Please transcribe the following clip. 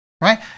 Right